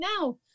now